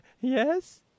yes